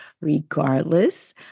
regardless